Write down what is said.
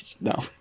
no